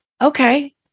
Okay